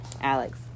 Alex